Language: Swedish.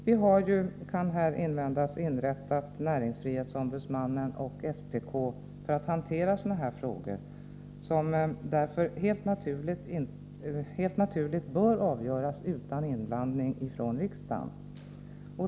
Vi har ju, kan här invändas, inrättat NO och SPK för att hantera sådana här frågor, som därför helt naturligt bör avgöras utan inblandning av riksdagen.